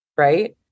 Right